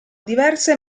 diverse